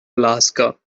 alaska